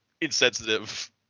insensitive